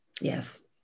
Yes